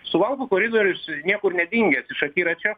suvalkų koridorius niekur nedingęs iš akiračio